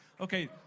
Okay